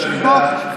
ואתה חושב שאני בעד?